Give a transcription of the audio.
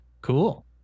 cool